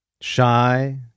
shy